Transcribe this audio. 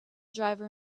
driver